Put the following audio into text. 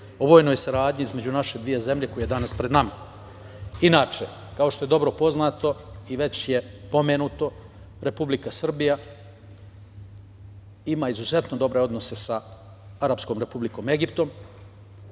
o vojnoj saradnji između naše dve zemlje koji je danas pred nama. Inače, kao što je dobro poznato i već je pomenuto, Republika Srbija ima izuzetno dobre odnose sa Arapskom Republikom Egipat